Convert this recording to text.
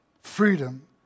Freedom